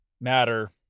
matter